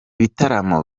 bitaramo